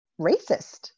racist